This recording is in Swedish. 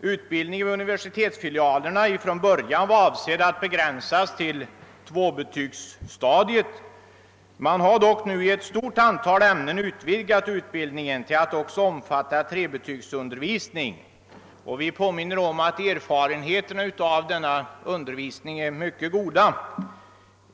utbildningen vid universitetsfilialerna från början var avsedd att begränsas till 2-betygsstadiet. Man har dock nu i ett stort antal ämnen utvidgat utbildningen till att också omfatta 3-betygsundervisning. Erfarenheten av denna utbildning är mycket god.